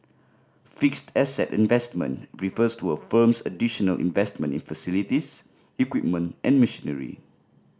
fixed asset investment refers to a firm's additional investment in facilities equipment and machinery